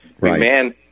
Man